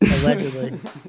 Allegedly